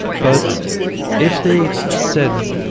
but if they said,